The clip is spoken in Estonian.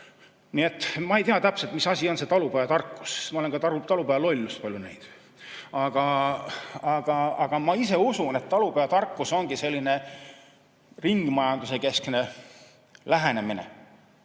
Ma ei tea täpselt, mis asi on talupojatarkus, sest ma olen ka talupojalollust palju näinud, aga ma ise usun, et talupojatarkus ongi selline ringmajanduskeskne lähenemine